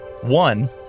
One